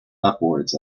upwards